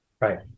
Right